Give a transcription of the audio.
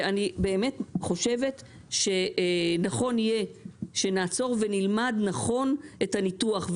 ואני באמת חושבת שנכון יהיה שנעצור ונלמד נכון את הניתוח,